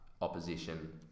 opposition